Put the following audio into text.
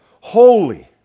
holy